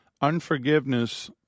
Unforgiveness